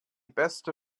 beste